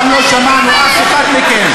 אבל לא שמענו אף אחד מכם,